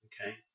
Okay